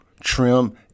trim